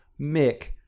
Mick